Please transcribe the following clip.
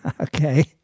Okay